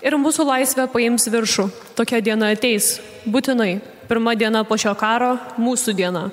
ir mūsų laisvė paims viršų tokia diena ateis būtinai pirma diena po šio karo mūsų diena